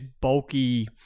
bulky